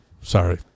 sorry